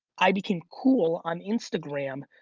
i became cool on instagram,